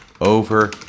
over